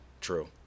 True